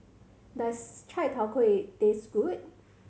does Chai Tow Kuay taste good